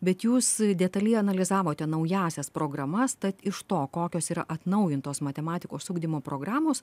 bet jūs detaliai analizavote naująsias programas tad iš to kokios yra atnaujintos matematikos ugdymo programos